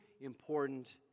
important